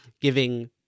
giving